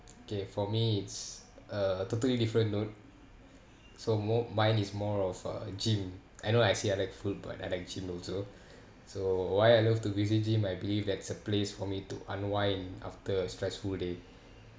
okay for me it's a totally different note so more mine is more of uh gym I know I say I like food but I like gym also so why I love to visit gym I believe that's a place for me to unwind after a stressful day